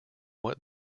what